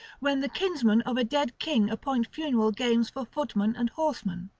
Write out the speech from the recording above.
when the kinsmen of a dead king appoint funeral games for footmen and horsemen.